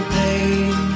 pain